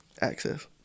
Access